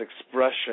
expression